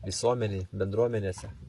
visuomenėj bendruomenėse